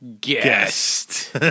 guest